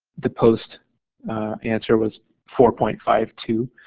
the post answer was four point five two,